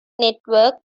network